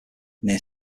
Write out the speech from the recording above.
near